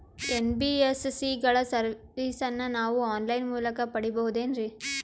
NBSC ಗಳ ಸರ್ವಿಸನ್ನ ನಾವು ಆನ್ ಲೈನ್ ಮೂಲಕ ಪಡೆಯಬಹುದೇನ್ರಿ?